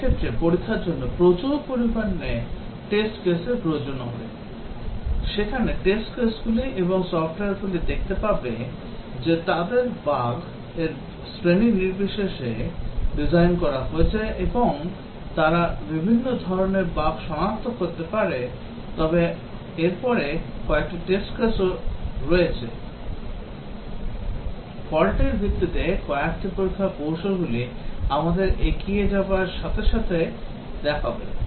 সেক্ষেত্রে পরীক্ষার জন্য প্রচুর পরিমাণ test case এর প্রয়োজন হবে এখানে test case গুলি এবং সফ্টওয়্যারগুলি দেখতে পাবে যে তাদের বাগ এর শ্রেণি নির্বিশেষে ডিজাইন করা হয়েছে এবং তারা বিভিন্ন ধরণের বাগ সনাক্ত করতে পারে তবে এরপরে কয়েকটি test case ও রয়েছে ফল্টের ভিত্তিতে কয়েকটি পরীক্ষার কৌশলগুলি আমাদের এগিয়ে যাওয়ার সাথে সাথে দেখাবে